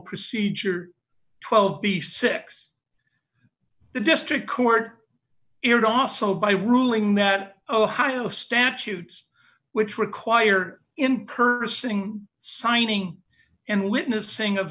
procedure twelve b six the district court it also by ruling that ohio statutes which required in purchasing signing and witnessing of